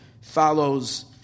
follows